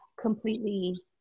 Completely